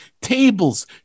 tables